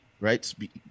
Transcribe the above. right